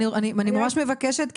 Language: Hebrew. אני ממש מבקשת,